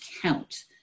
count